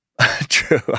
True